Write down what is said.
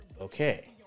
okay